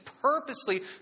purposely